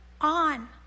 on